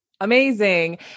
Amazing